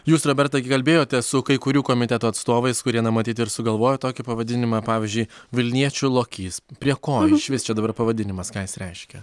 jūs roberta gi kalbėjotės su kai kurių komitetų atstovais kurie na matyt ir sugalvojo tokį pavadinimą pavyzdžiui vilniečių lokys prie ko išvis čia dabar pavadinimas ką jis reiškia